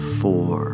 four